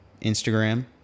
Instagram